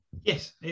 Yes